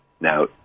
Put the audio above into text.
Now